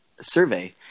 survey